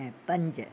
ऐं पंज